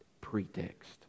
Pretext